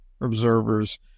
observers